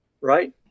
right